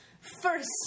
first